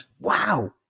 Wow